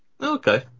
Okay